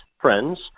friends